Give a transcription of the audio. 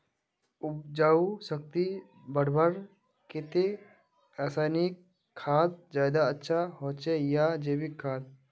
उपजाऊ शक्ति बढ़वार केते रासायनिक खाद ज्यादा अच्छा होचे या जैविक खाद?